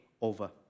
over